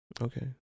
Okay